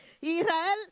Israel